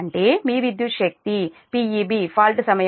అంటే మీ విద్యుత్ శక్తి PeB ఫాల్ట్ సమయంలో ఇది 1